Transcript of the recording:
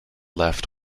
left